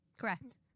Correct